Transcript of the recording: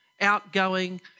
outgoing